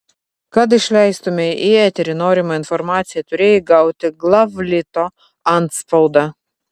kad išleistumei į eterį norimą informaciją turėjai gauti glavlito antspaudą